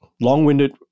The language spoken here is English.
long-winded